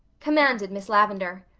commanded miss lavendar.